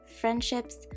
friendships